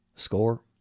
Score